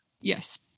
Yes